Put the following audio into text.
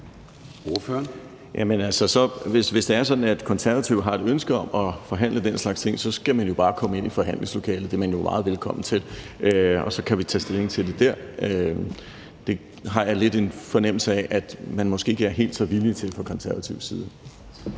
hvis det er sådan, at Konservative har et ønske om at forhandle den slags ting, skal man jo bare komme ind i forhandlingslokalet – det er man meget velkommen til – og så kan vi tage stilling til det der. Det har jeg lidt en fornemmelse af at man måske ikke er helt så villig til fra konservativ side.